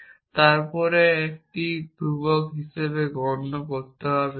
এবং তার পরে একটি ধ্রুবক হিসাবে গণ্য করতে হবে